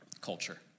culture